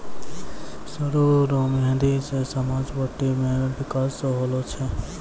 सरु रो मेंहदी से सजावटी मे बिकास होलो छै